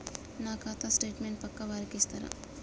నా ఖాతా స్టేట్మెంట్ పక్కా వారికి ఇస్తరా?